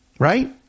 Right